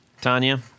Tanya